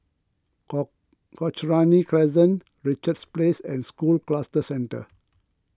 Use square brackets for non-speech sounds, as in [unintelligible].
[unintelligible] Cochrane Crescent Richards Place and School Cluster Centre